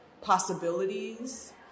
possibilities